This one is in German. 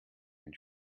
den